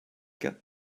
get